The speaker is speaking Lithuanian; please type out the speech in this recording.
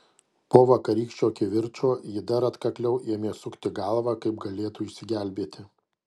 po vakarykščio kivirčo ji dar atkakliau ėmė sukti galvą kaip galėtų išsigelbėti